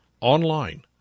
online